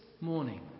morning